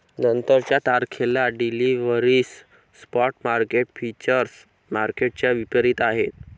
नंतरच्या तारखेला डिलिव्हरीसह स्पॉट मार्केट फ्युचर्स मार्केटच्या विपरीत आहे